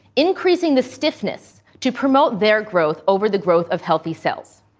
increasing the stiffness to promote their growth over the growth of healthy cells.